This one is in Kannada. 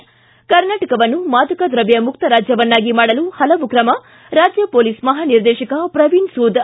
ಿ ಕರ್ನಾಟವನ್ನು ಮಾದಕ ದ್ರವ್ಯ ಮುಕ್ತ ರಾಜ್ಯವನ್ನಾಗಿ ಮಾಡಲು ಪಲವು ಕ್ರಮ ರಾಜ್ಯ ಪೊಲೀಸ್ ಮಹಾ ನಿರ್ದೇಶಕ ಪ್ರವೀಣ್ ಸೂದ್